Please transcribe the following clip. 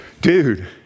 dude